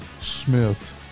Smith